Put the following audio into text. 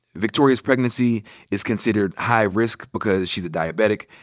victoria's pregnancy is considered high risk because she's a diabetic.